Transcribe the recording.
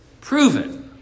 proven